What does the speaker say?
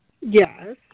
Yes